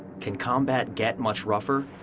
can combat get much rougher?